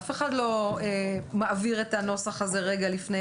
אף אחד לא מעביר את הנוסח הזה רגע לפני